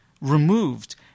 removed